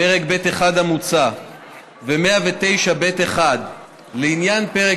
פרק ב'1 המוצע ו-109(ב)(1) לעניין פרק